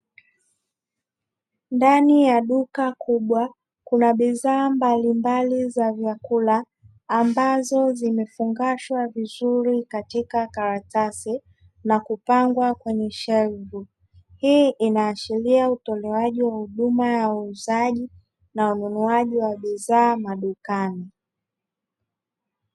Ndani ya duka kubwa kuna bidhaa mbalimbali za vyakula; ambazo zimefungashwa vizuri katika karatasi, na kupangwa kwenye shelvu. Hii inaashiria utolewaji wa huduma ya uuzaji na wanunuaji wa bidhaa madukani.